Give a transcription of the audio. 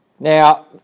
Now